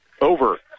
over